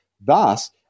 Thus